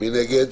מי נגד?